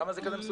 למה זה מסובך?